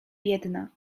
biedna